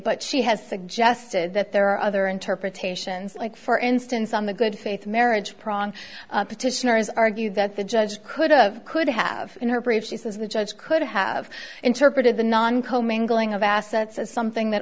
but she has suggested that there are other interpretations like for instance on the good faith marriage prong petitioners argue that the judge could have could have in her brief she says the judge could have interpreted the non co mingling of assets as something that